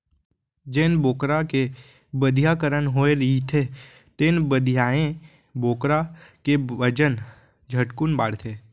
जेन बोकरा के बधियाकरन होए रहिथे तेन बधियाए बोकरा के बजन झटकुन बाढ़थे